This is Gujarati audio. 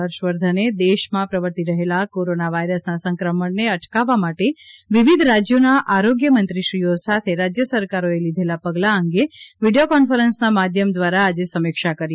હર્ષવર્ધને દેશમાં પ્રવર્તી રહેલા કોરોના વાયરસના સંક્રમણને અટકાવવા માટે વિવિધ રાજ્યોના આરોગ્ય મંત્રીશ્રીઓ સાથે રાજ્ય સરકારોએ લીધેલાં પગલાં અંગે વિડીયો કોન્ફરન્સના માધ્યમ દ્વારા આજે સમીક્ષા કરી હતી